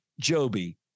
Joby